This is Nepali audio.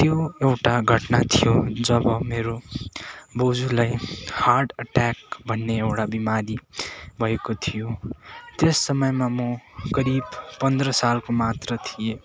त्यो एउटा घटना थियो जब मेरो बोजूलाई हार्ट अट्याक भन्ने एउटा बिमारी भएको थियो त्यस समयमा म करिब पन्ध्र सालको मात्र थिएँ